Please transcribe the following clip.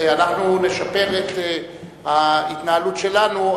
אנחנו נשפר את ההתנהלות שלנו,